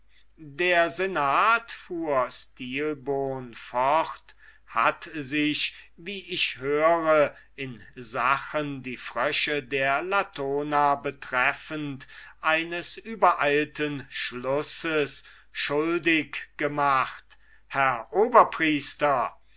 der senat fuhr stilbon fort hat sich wie ich höre in sachen die frösche der latona betreffend eines übereilten schlusses schuldig gemacht herr